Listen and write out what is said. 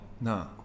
No